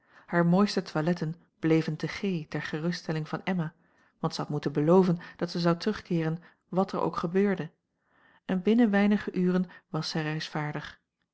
hare mooiste toiletten bleven te g ter geruststelling van emma want zij had moeten beloven dat zij zou terugkeeren wat er ook gebeurde en binnen weinige uren was